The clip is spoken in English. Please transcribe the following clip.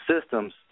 systems